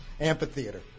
Amphitheater